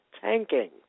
tanking